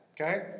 okay